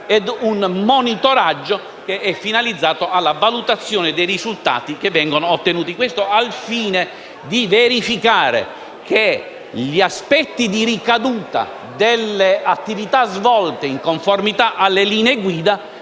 e un monitoraggio finalizzato alla valutazione dei risultati che vengono ottenuti. Questo al fine di verificare che gli aspetti di ricaduta delle attività svolte in conformità alle linee guida